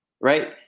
right